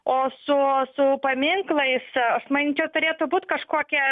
o su su paminklais aš manyčiau turėtų būt kažkokia